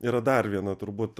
yra dar viena turbūt